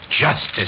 Justice